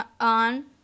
on